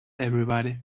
everybody